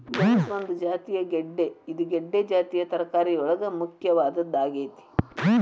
ಗೆಣಸ ಒಂದು ಜಾತಿಯ ಗೆಡ್ದೆ ಇದು ಗೆಡ್ದೆ ಜಾತಿಯ ತರಕಾರಿಯೊಳಗ ಮುಖ್ಯವಾದದ್ದಾಗೇತಿ